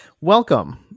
welcome